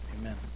Amen